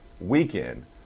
weekend